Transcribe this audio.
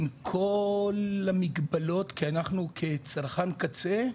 עם כל המגבלות, כי אנחנו כצרכן קצה,